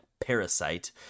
Parasite